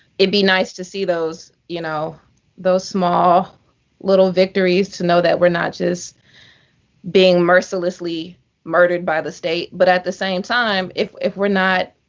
it would be nice to see those you know those small little victories to know that we're not just being mercilessly murdered by the state. but at the same time, if if we're not